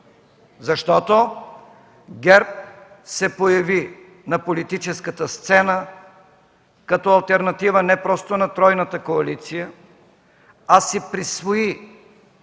защото ГЕРБ се появи на политическата сцена като алтернатива не просто на тройната коалиция, а си присвои